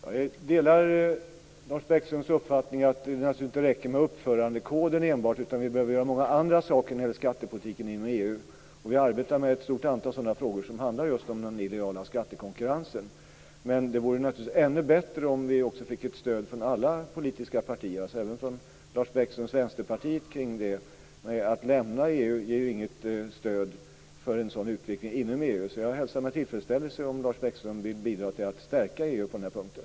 Herr talman! Jag delar Lars Bäckströms uppfattning att det naturligtvis inte räcker med enbart uppförandekoden utan att vi också behöver göra många andra saker när det gäller skattepolitiken inom EU. Vi arbetar med ett stort antal sådana frågor som handlar om den illojala skattekonkurrensen. Men det vore naturligtvis ännu bättre om vi fick ett stöd för detta från alla politiska partier, alltså även från Vänsterpartiet. Ett utträde ur EU skulle ju inte vara något stöd för en utveckling inom EU. Jag hälsar alltså med tillfredsställelse om Lars Bäckström vill bidra till att stärka EU på den här punkten.